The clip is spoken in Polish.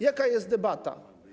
Jaka jest debata?